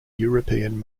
european